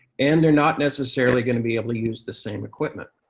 and they're not necessarily going to be able to use the same equipment.